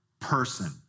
person